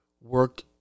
work